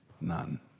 None